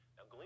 Now